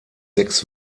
sechs